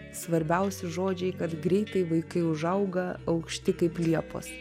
svarbiausi žodžiai kad greitai vaikai užauga aukšti kaip liepos